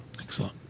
Excellent